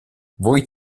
voi